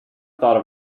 thought